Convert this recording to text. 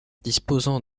disposant